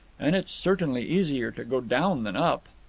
and it's certainly easier to go down than up.